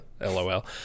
LOL